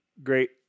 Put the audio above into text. Great